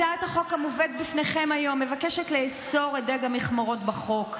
הצעת החוק המובאת בפניכם היום מבקשת לאסור את דיג המכמורות בחוק.